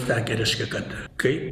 sakė reiškia kad kaip